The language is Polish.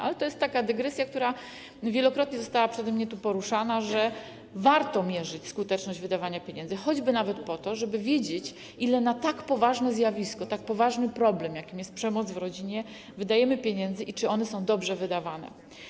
Ale to jest taka dygresja, która wielokrotnie została przeze mnie tu zrobiona, że warto mierzyć skuteczność wydawania pieniędzy, choćby nawet po to, żeby wiedzieć, ile na tak poważne zjawisko, tak poważny problem, jakim jest przemoc w rodzinie, wydajemy pieniędzy i czy one są dobrze wydawane.